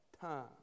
time